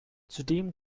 zudem